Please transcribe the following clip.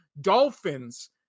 Dolphins